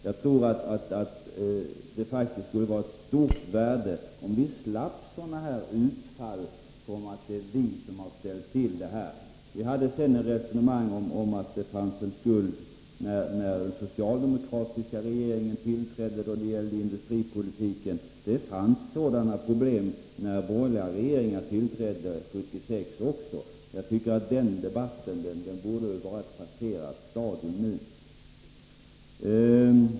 Jag tror att det skulle vara av stort värde om vi slapp sådana utfall som att det är de borgerliga som har förorsakat dagens besvärliga läge. Vi hade en diskussion om att det fanns en skuld i fråga om industripolitiken när den socialdemokratiska regeringen tillträdde. Det fanns sådana problem även när den borgerliga regeringen tillträdde 1976. Jag tycker att den debatten borde vara ett passerat stadium nu.